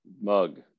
mug